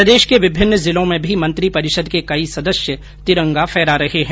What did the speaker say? प्रदेश के विभिन्न जिलों में भी मंत्रिपरिषद के कई सदस्य तिरंगा फहरा रहे हैं